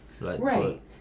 Right